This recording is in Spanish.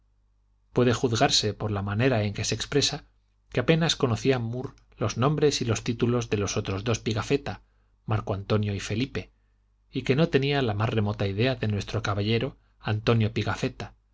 puede juzgarse por la manera en que se expresa que apenas conocía murr los nombres y los títulos de los otros dos pigafetta marco antonio y felipe y que no tenía la más remota idea de nuestro caballero antonio pigafetta